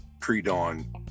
pre-dawn